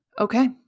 okay